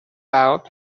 out